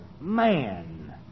man